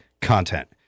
content